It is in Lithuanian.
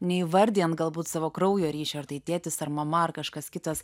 neįvardijant galbūt savo kraujo ryšio ar tai tėtis ar mama ar kažkas kitas